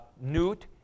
Newt